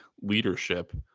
leadership